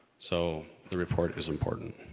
so. the report is important.